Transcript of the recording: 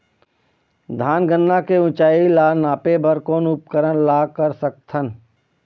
धान गन्ना के ऊंचाई ला नापे बर कोन उपकरण ला कर सकथन?